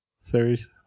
series